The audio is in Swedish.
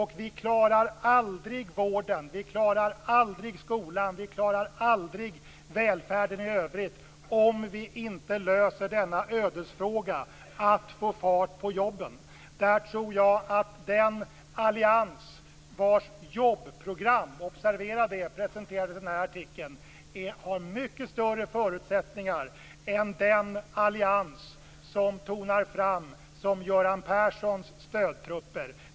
Vi klarar aldrig vården, aldrig skolan och aldrig välfärden i övrigt om vi inte löser denna ödesfråga, att få fart på jobben. Där tror jag att den allians vars jobbprogram - observera det - presenterades i artikeln har mycket större förutsättningar än den allians som tonar fram som Göran Perssons stödtrupper.